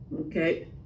Okay